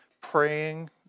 praying